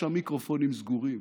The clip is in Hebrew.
כשהמיקרופונים סגורים.